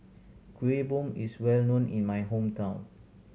Kuih Bom is well known in my hometown